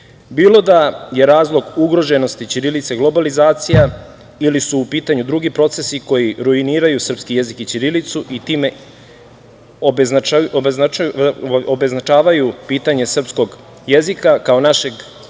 da je razlog ugroženosti ćirilice globalizacija ili su u pitanju drugi procesi koji ruiniraju srpski jezik i ćirilicu i time obeznačavaju pitanje srpskog jezika kao našeg